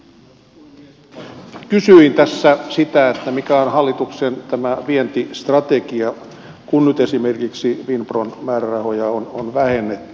kysyin tässä sitä mikä on tämä hallituksen vientistrategia kun nyt esimerkiksi finpron määrärahoja on vähennetty